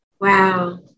Wow